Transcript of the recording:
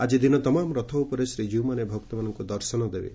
ଆଜି ଦିନ ତମାମ ରଥ ଉପରେ ଶ୍ରୀଜୀଉମାନେ ଭକ୍ତମାନଙ୍ଙୁ ଦର୍ଶନ ଦେବେ